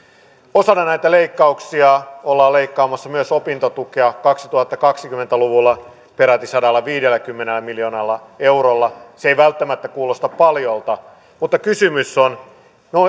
osana näitä leikkauksia ollaan leikkaamassa myös opintotukea kaksituhattakaksikymmentä luvulla peräti sadallaviidelläkymmenellä miljoonalla eurolla se ei välttämättä kuulosta paljolta mutta kysymys on